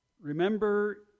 remember